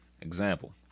Example